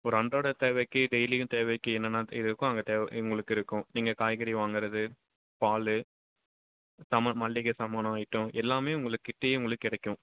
ஒரு அன்றாடம் தேவைக்கு டெய்லியும் தேவைக்கு என்னென்னலாம் இது இருக்கோ அங்கே தேவை உங்களுக்கு இருக்கும் நீங்கள் காய்கறி வாங்கறது பால் சாமான் மளிகை சாமானோ ஐட்டம் எல்லாமே உங்களுக்குக் கிட்டையே உங்களுக்குக் கிடைக்கும்